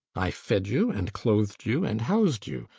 i fed you and clothed you and housed you.